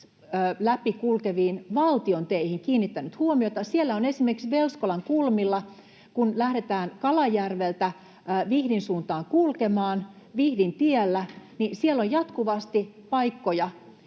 läpi kulkeviin valtion teihin kiinnittänyt huomiota. Siellä on esimerkiksi Velskolan kulmilla, kun lähdetään Kalajärveltä Vihdin suuntaan kulkemaan, Vihdintiellä jatkuvasti paikkoja,